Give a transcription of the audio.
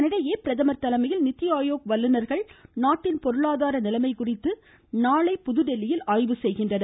இதனிடையே பிரதமர் தலைமையில் நிதிஆயோக் வல்லுநர்கள் நாட்டின் பொருளாதார நிலைமை குறித்து நாளை புதுதில்லியில் ஆய்வு செய்கின்றனர்